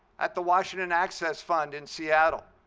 at the washington access fund in seattle,